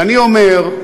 ואני אומר,